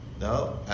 No